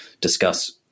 discuss